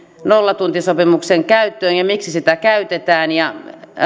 nollatuntisopimuksen käytöstä ja miksi sitä käytetään ja